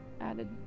added